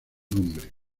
nombre